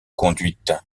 conduite